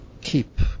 keep